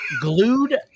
glued